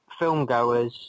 filmgoers